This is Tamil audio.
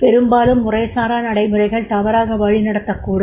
பெரும்பாலும் முறைசாரா நடைமுறைகள் தவறாக வழிநடத்தக்கூடும்